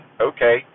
Okay